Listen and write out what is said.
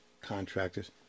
contractors